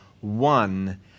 one